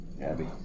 Abby